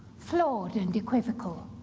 flawed and equivocal,